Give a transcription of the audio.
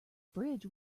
bridge